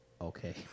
Okay